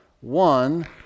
one